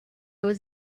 was